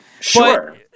Sure